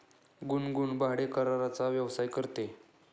गुनगुन भाडेकराराचा व्यवसाय करते